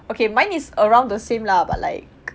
okay mine is around the same lah but like